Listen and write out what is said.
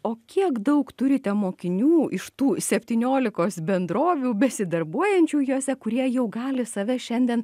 o kiek daug turite mokinių iš tų septyniolikos bendrovių besidarbuojančių jose kurie jau gali save šiandien